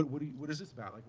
what what is this about? like